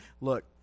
Look